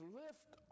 lift